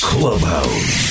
Clubhouse